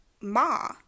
Ma